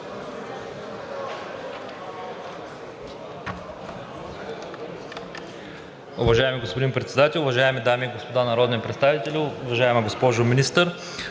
Уважаеми господин Председател, уважаеми дами и господа народни представители! Уважаема госпожо Министър,